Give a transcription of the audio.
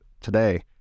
today